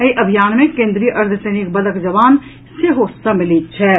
एहि अभियान मे केन्द्रीय अर्द्वसैनिक बल जवान सेहो सम्मिलित छथि